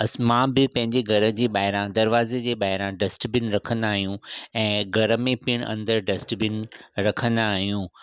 अस मां बि पंहिंजे घर जे ॿाहिरां दरिवाज़े जे ॿाहिरां डस्टबिन रखंदा आहियूं ऐं घर में पिणि अंदरि डस्टबिन रखंदा आहियूं